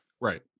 Right